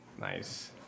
Nice